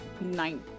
nine